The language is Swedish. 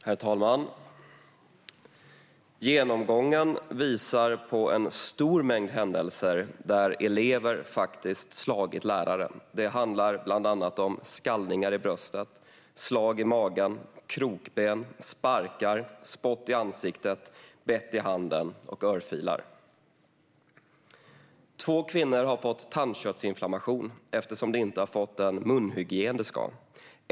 Herr talman! "Men genomgången visar . på en stor mängd händelser där elever faktiskt slagit lärare. Det handlar bland annat om skallningar i bröstet, slag i magen, krokben, sparkar, spott i ansiktet, bett i handen och örfilar." Två kvinnor har fått tandköttsinflammation eftersom de inte har fått den munhygien de ska.